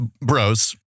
bros